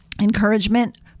encouragement